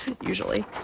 usually